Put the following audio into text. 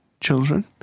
children